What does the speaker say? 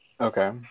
Okay